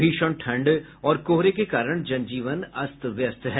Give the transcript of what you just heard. भीषण ठंड और कोहरे के कारण जन जीवन अस्त व्यस्त है